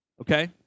okay